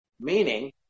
Meaning